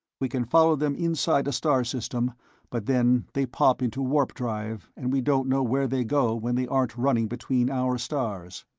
we can follow them inside a star-system, but then they pop into warp-drive, and we don't know where they go when they aren't running between our stars.